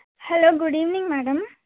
hello good evening madam